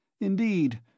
Indeed